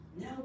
Now